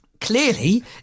clearly